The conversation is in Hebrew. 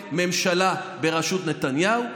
רוצה ממשלה בראשות נתניהו,